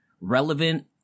relevant